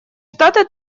штаты